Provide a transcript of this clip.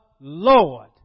Lord